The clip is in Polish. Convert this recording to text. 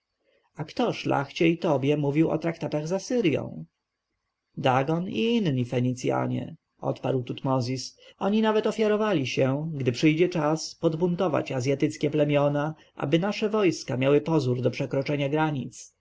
kto szlachcie i tobie mówił o traktatach z asyrją dagon i inni fenicjanie odparł tutmozis oni nawet ofiarowali się gdy przyjdzie czas podbuntować azjatyckie plemiona aby nasze wojska miały pozór do przekroczenia granic